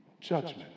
judgment